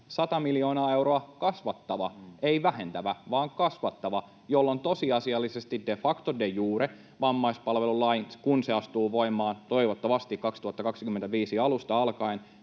100 miljoonaa euroa kasvattava — ei vähentävä, vaan kasvattava — jolloin tosiasiallisesti, de facto, de jure, vammaispalvelulaissa, kun se astuu voimaan toivottavasti vuoden 2025 alusta alkaen,